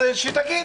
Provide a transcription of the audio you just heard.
אז שהוא תגיד.